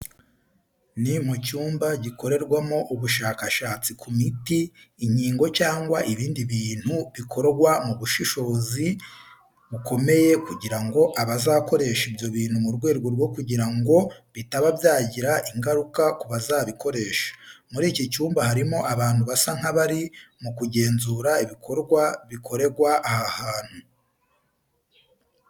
Ni mu cyumba gikorerwamo ubushakashatsi ku miti, inkingo cyangwa ibindi bintu bikorwa mu bushishozi bukomeye kugira ngo abazakoresha ibyo bintu mu rwego rwo kugira ngo bitaba byagira ingaruka kubazabikoresha. Muri iki cyumba harimo abantu basa nk'abari mu kugenzura ibikorwa bikorerwa aha hantu.